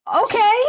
Okay